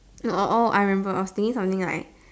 oh oh oh I remember I was thinking something like